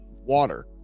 water